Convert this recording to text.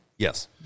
yes